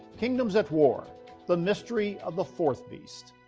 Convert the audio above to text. kingdoms at war the mystery of the fourth beast.